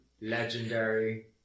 legendary